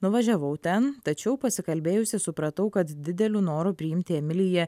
nuvažiavau ten tačiau pasikalbėjusi supratau kad dideliu noru priimti emiliją